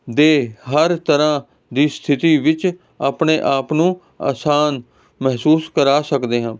ਦੇ ਹਰ ਤਰ੍ਹਾਂ ਦੀ ਸਥਿਤੀ ਵਿੱਚ ਆਪਣੇ ਆਪ ਨੂੰ ਆਸਾਨ ਮਹਿਸੂਸ ਕਰਾ ਸਕਦੇ ਹਾਂ